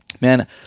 man